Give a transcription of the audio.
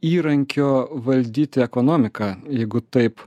įrankio valdyti ekonomiką jeigu taip